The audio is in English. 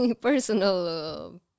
personal